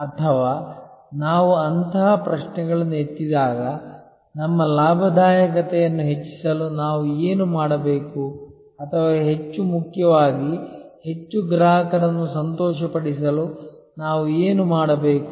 ಅಥವಾ ನಾವು ಅಂತಹ ಪ್ರಶ್ನೆಗಳನ್ನು ಎತ್ತಿದಾಗ ನಮ್ಮ ಲಾಭದಾಯಕತೆಯನ್ನು ಹೆಚ್ಚಿಸಲು ನಾವು ಏನು ಮಾಡಬೇಕು ಅಥವಾ ಹೆಚ್ಚು ಮುಖ್ಯವಾಗಿ ಹೆಚ್ಚು ಗ್ರಾಹಕರನ್ನು ಸಂತೋಷಪಡಿಸಲು ನಾವು ಏನು ಮಾಡಬೇಕು